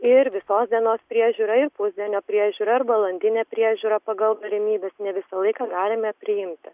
ir visos dienos priežiūrą ir pusdienio priežiūrą ir valandinę priežiūrą pagal galimybes ne visą laiką galime priimti